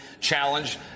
challenge